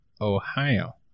Ohio